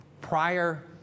prior